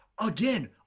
Again